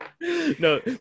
No